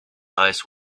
eyes